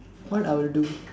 what I'll do